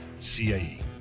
CAE